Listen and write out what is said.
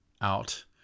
out